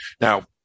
Now